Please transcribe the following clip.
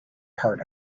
part